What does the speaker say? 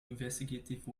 investigative